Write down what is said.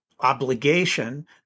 obligation